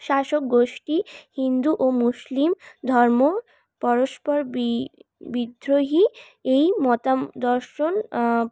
শাসক গোষ্ঠী হিন্দু ও মুসলিম ধর্ম পরস্পর বি বিদ্রোহী এই মতাদর্শন